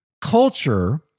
culture